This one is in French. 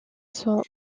son